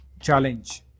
challenge